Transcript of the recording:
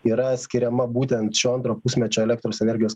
yra skiriama būtent šio antro pusmečio elektros energijos